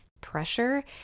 pressure